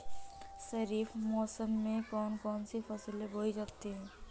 खरीफ मौसम में कौन कौन सी फसलें बोई जाती हैं?